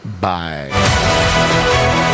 Bye